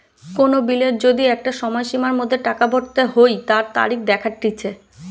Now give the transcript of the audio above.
কোন বিলের যদি একটা সময়সীমার মধ্যে টাকা ভরতে হই তার তারিখ দেখাটিচ্ছে